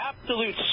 absolute